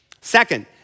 Second